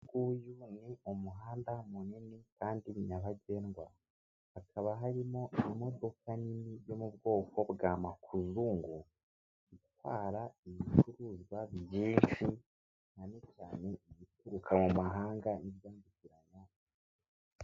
Uyu nguyu ni umuhanda munini kandi nyabagendwa, hakaba harimo imodoka nini yo mu bwoko bwa makuzungu, itwara ibicuruzwa byinshi cyane cyane ibituruka mu mahanga n' ibyambukiranya.